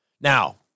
Now